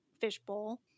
fishbowl